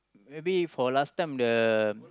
maybe for last time the